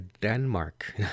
Denmark